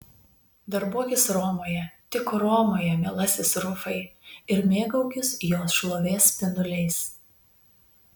darbuokis romoje tik romoje mielasis rufai ir mėgaukis jos šlovės spinduliais